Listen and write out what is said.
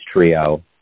trio